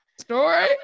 Story